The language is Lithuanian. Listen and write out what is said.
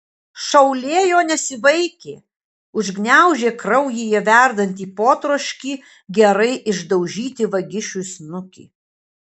šaulė jo nesivaikė užgniaužė kraujyje verdantį potroškį gerai išdaužyti vagišiui snukį